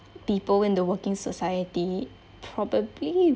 people in the working society probably